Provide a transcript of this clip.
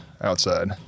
outside